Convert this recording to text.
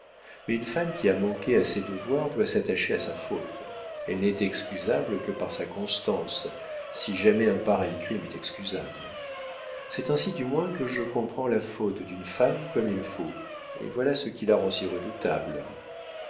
mais une femme qui a manqué à ses devoirs doit s'attacher à sa faute elle n'est excusable que par sa constance si jamais un pareil crime est excusable c'est ainsi du moins que je comprends la faute d'une femme comme il faut et voilà ce qui la rend si redoutable